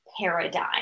paradigm